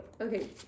okay